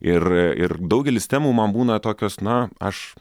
ir ir daugelis temų man būna tokios na aš